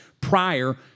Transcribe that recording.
prior